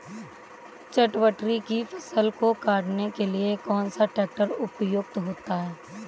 चटवटरी की फसल को काटने के लिए कौन सा ट्रैक्टर उपयुक्त होता है?